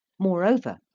moreover,